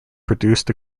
produced